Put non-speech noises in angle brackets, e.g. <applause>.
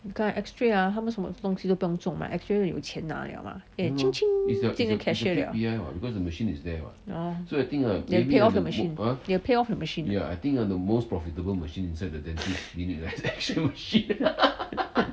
看 ah x-ray ah 他们什么东西都不用做吗 x-ray 就有钱拿了吗 eh <noise> 进那个 cashier liao !hannor! they will pay off the machine they will pay off the machine <laughs>